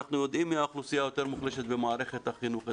ואנחנו יודעים מי האוכלוסייה היותר מוחלשת במערכת החינוך.